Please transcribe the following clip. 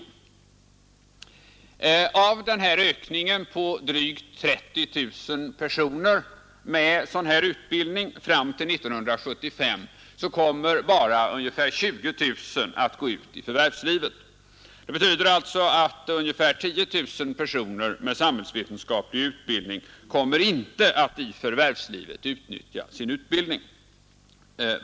Av ökningen på drygt 30 000 personer med sådan här utbildning fram till 1975 kommer bara ungefär 20 000 att gå ut i förvärvslivet. Det betyder att ungefär 10 000 personer med samhällsvetenskaplig utbildning inte kommer att utnyttja sin utbildning i förvärvslivet.